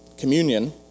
communion